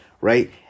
right